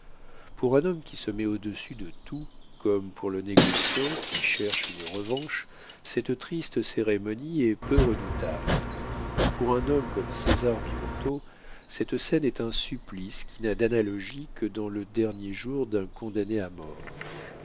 pour un homme qui se met au-dessus de tout comme pour le négociant qui cherche une revanche cette triste cérémonie est peu redoutable mais pour un homme comme césar birotteau cette scène est un supplice qui n'a d'analogie que dans le dernier jour d'un condamné à mort